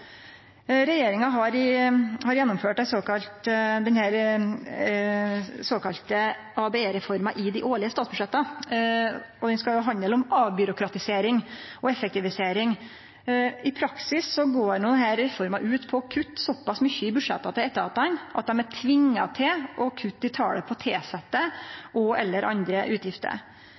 Regjeringa har gjennomført den såkalla ABE-reforma i dei årlege statsbudsjetta, ei reform som skal handle om avbyråkratisering og effektivisering. I praksis går reforma ut på å kutte såpass mykje i budsjetta til etatane at dei er tvungne til å kutte i talet på tilsette og/eller andre utgifter.